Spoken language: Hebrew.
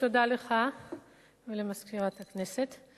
תודה לך ולמזכירת הכנסת.